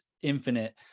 infinite